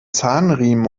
zahnriemen